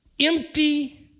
empty